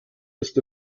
ist